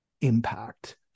impact